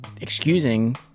excusing